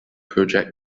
project